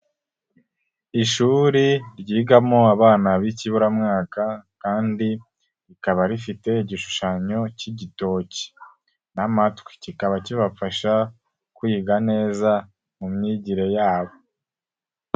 Ishuri ryigamo abana b'ikiburamwaka kandi rikaba rifite igishushanyo k'igitoki n'amatwi, kikaba kibafasha kwiga neza mu myigire yabo.